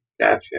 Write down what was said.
Gotcha